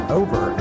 over